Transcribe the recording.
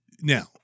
now